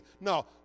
No